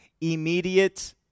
immediate